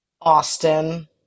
Austin